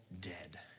dead